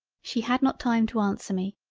she had not time to answer me,